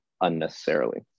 unnecessarily